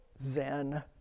zen